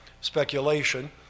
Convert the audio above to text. speculation